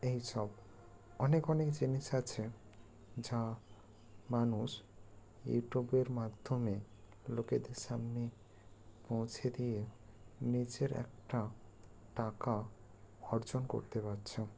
এইসব অনেক অনেক জিনিস আছে যা মানুষ ইউটিউবের মাধ্যমে লোকেদের সামনে পৌঁছে দিয়ে নিজের একটা টাকা অর্জন করতে পারছে